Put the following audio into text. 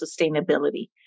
sustainability